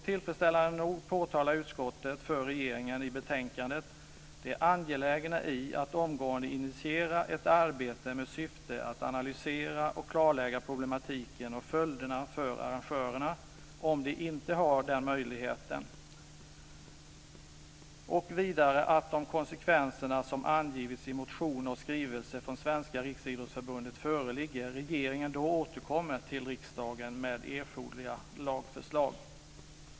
Tillfredsställande nog påpekar utskottet för regeringen i betänkandet det angelägna i att omgående initiera ett arbete med syfte att analysera och klarlägga problematiken och följderna för arrangörerna om de inte har den möjligheten och vidare att regeringen, om de konsekvenser som angivits i motioner och skrivelse från Svenska riksidrottsförbundet föreligger, återkommer till riksdagen med erforderliga lagförslag.